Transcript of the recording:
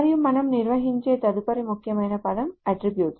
మరియు మనము నిర్వచించే తదుపరి ముఖ్యమైన పదం అట్ట్రిబ్యూట్